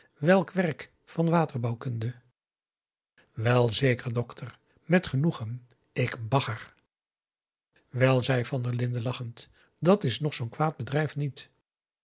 welk werk van waterbouwkunde welzeker dokter met genoegen i k b a g g e r wel zei van der linden lachend dat is nog zoo'n kwaad bedrijf niet